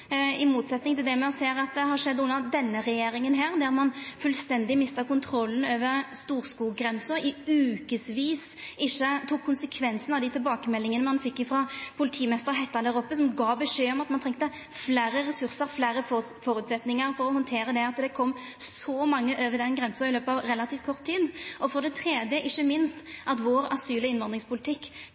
i motsetning til det me ser har skjedd under denne regjeringa, der ein fullstendig mista kontrollen over Storskog-grensa i vekevis og ikkje tok konsekvensen av dei tilbakemeldingane ein fekk frå politimester Hætta der oppe, som gav beskjed om at ein trong fleire ressursar, fleire føresetnader for å handtera det at det kom så mange over den grensa i løpet av relativt kort tid. Og for det tredje, ikkje minst, at vår asyl- og innvandringspolitikk